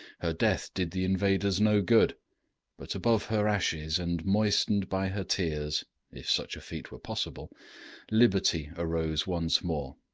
her death did the invaders no good but above her ashes, and moistened by her tears if such a feat were possible liberty arose once more,